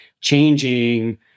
changing